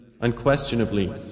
unquestionably